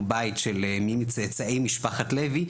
או בית של מי מצאצאי משפחת לוי,